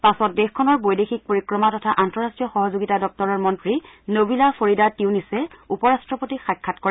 পাছত দেশখনৰ বৈদেশিক পৰিক্ৰমা তথা আন্তঃৰাষ্ট্ৰীয় সহযোগিতা দপ্তৰৰ মন্নী নবিলা ফৰিদা টিউনিচে উপৰষ্ট্ৰপতিক সাক্ষাৎ কৰে